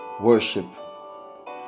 worship